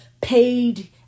paid